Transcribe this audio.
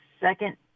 second